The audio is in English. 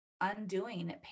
undoing